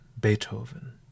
Beethoven